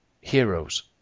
heroes